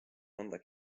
mõnda